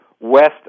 west